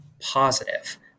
positive